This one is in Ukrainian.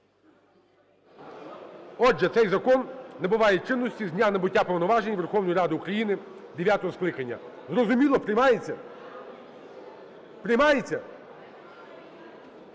Отже, цей закон набуває чинності з дня набуття повноважень Верховної Ради України дев'ятого скликання. Зрозуміло, приймається? Приймається?